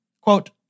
quote